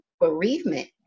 bereavement